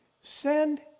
send